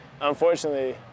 Unfortunately